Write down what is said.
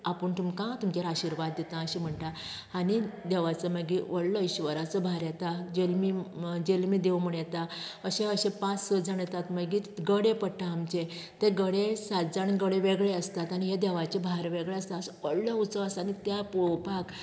आपूण तुमकां तुमचेर आशिर्वाद दितां अशें म्हणटा आनी देवाचो मागीर व्हडलो इश्वराचो भार येता जल्मी म्हणोन जल्मी देव म्हूण येता अशें अशें पांच स जाण येतात मागीर गडे पडटा आमचे ते गडे सात जाण गडे वेगळे आसतात आनी हे देवाचे भार वेगळे आसता असो व्होडलो उत्सव आसता आनी तो पळोवपाक